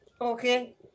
Okay